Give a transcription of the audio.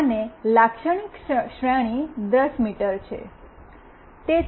અને લાક્ષણિક શ્રેણી 10 મીટર છે